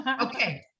okay